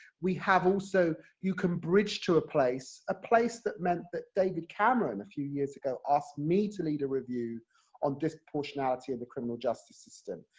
we have also, you can bridge to a place, a place that meant that david cameron a few years ago, asked me to lead a review on disproportionality in the criminal justice system.